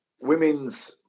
women's